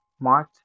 March